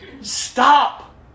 Stop